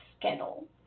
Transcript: schedule